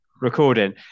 recording